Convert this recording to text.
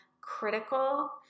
critical